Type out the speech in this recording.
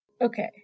Okay